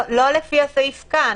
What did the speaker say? לא לפי הסעיף כאן.